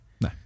No